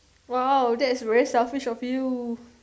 !wow! that's very selfish of you